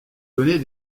donner